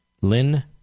Lynn